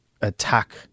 attack